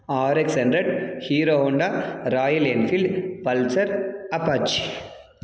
RX hundred Hero Honda Royal Enfield pulsar apache